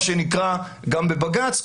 גם בבג"ץ,